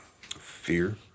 Fear